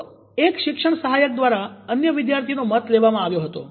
તો એક શિક્ષણ સહાયક દ્વારા અન્ય એક વિદ્યાર્થીનો મત લેવામાં આવ્યો હતો